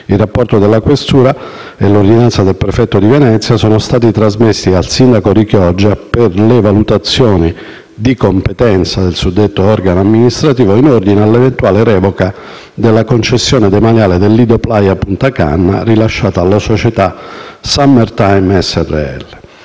Il rapporto della questura e l'ordinanza del prefetto di Venezia sono stati trasmessi al sindaco di Chioggia per le valutazioni di competenza del suddetto organo amministrativo in ordine all'eventuale revoca della concessione demaniale del lido Playa Punta Canna, rilasciata alla società Summertime Srl.